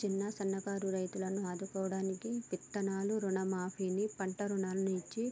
చిన్న సన్న కారు రైతులను ఆదుకోడానికి విత్తనాలను రుణ మాఫీ ని, పంట రుణాలను ఇచ్చి